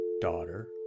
daughter